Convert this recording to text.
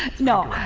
no,